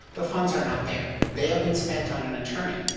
the funds are not there. they have been spent on an attorney.